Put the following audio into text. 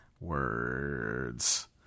Words